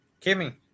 Kimmy